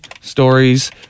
stories